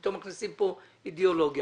פתאום מכניסים כאן אידיאולוגיה.